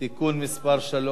(תיקון מס' 3),